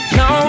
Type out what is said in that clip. no